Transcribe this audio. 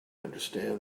understand